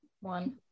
One